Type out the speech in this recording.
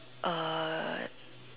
uh